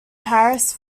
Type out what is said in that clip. paris